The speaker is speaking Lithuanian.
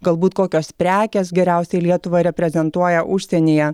galbūt kokios prekės geriausiai lietuvą reprezentuoja užsienyje